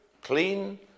clean